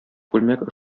күлмәк